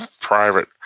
private